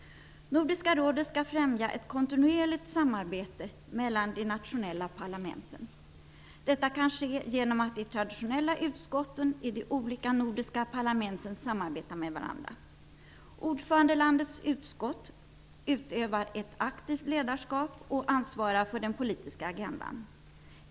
Nordiska rådet skall främja ett kontinuerligt samarbete mellan de nationella parlamenten. Detta kan ske genom att de traditionella utskotten i de olika nordiska parlamenten samarbetar med varandra. Ordförandelandets utskott utövar ett aktivt ledarskap och ansvarar för den politiska agendan.